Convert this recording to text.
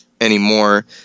anymore